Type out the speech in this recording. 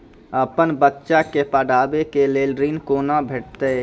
अपन बच्चा के पढाबै के लेल ऋण कुना भेंटते?